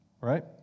right